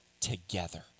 together